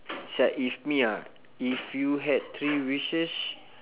if me ah if you had three wishes